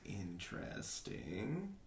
interesting